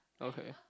okay